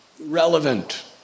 relevant